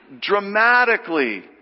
dramatically